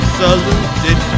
saluted